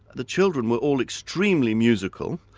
the children were all extremely musical,